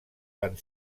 van